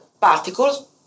particles